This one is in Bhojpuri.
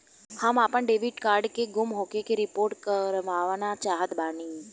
हम आपन डेबिट कार्ड के गुम होखे के रिपोर्ट करवाना चाहत बानी